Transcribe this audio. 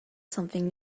something